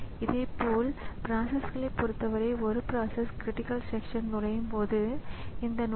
எனவே முன்பே கூறியபடி ஒரு ப்ரோக்ராம் ப்ரிண்டரில் எதையாவது அச்சிட்டுக் கொண்டிருக்கும்போது மற்றொரு ப்ரோக்ராமும் அச்சிட விரும்புகிறது